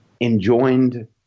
enjoined